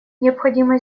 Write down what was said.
необходимо